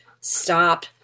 stop